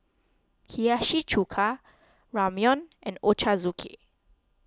Hiyashi Chuka Ramyeon and Ochazuke